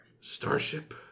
Starship